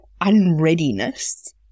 unreadiness